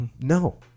No